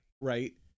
right